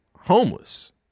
homeless